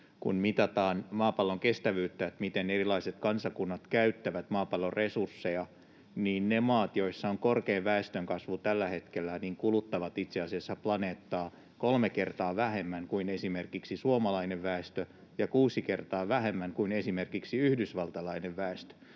Kun mitataan maapallon kestävyyttä, miten erilaiset kansakunnat käyttävät maapallon resursseja, niin ne maat, joissa on korkein väestönkasvu tällä hetkellä, itse asiassa kuluttavat planeettaa kolme kertaa vähemmän kuin esimerkiksi suomalainen väestö ja kuusi kertaa vähemmän kuin esimerkiksi yhdysvaltalainen väestö.